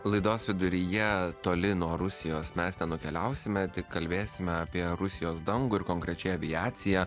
laidos viduryje toli nuo rusijos mes nenukeliausime kalbėsime apie rusijos dangų ir konkrečiai aviaciją